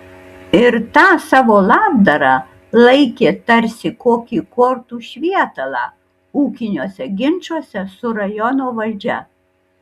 ir tą savo labdarą laikė tarsi kokį kortų švietalą ūkiniuose ginčuose su rajono valdžia